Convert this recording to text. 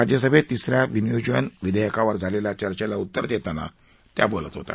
राज्यसभेत तिसऱ्या विनियोजन विधेयकावर झालेल्या चर्वेला उत्तर देताना त्या काल बोलत होत्या